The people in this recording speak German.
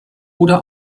oder